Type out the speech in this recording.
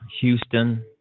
Houston